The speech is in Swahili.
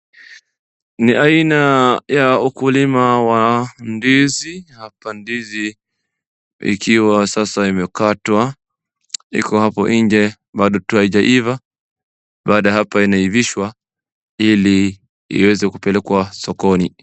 Ni aina ya ukulima wa ndizi, hapa ndizi ikiwa sasa imekatwa, iko hapo nje bado tu haijaiva. Baada ya hapa inaivishwa ili iweze kupelekwa sokoni.